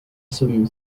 some